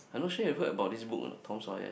I not sure you heard about this book or not Tom-Sawyer